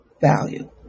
value